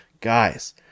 guys